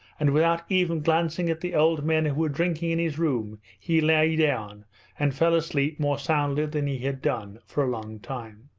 and without even glancing at the old men who were drinking in his room he lay down and fell asleep more soundly than he had done for a long time.